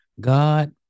God